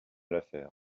l’affaire